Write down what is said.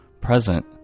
present